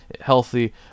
healthy